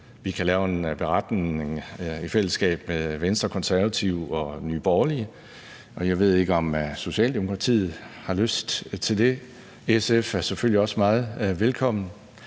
kan lave en beretning, altså Venstre, Konservative og Nye Borgerlige. Jeg ved ikke, om Socialdemokratiet har lyst til det. SF er selvfølgelig også meget velkommen.